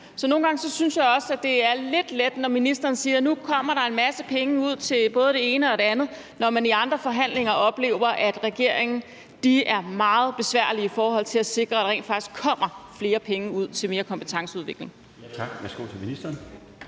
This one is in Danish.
Nogle gange synes jeg også, det er lidt let, når ministeren siger, at nu kommer der en masse penge ud til både det ene og det andet, når man i andre forhandlinger oplever, at regeringen er meget besværlige i forhold til at sikre, at der rent faktisk kommer flere penge ud til mere kompetenceudvikling.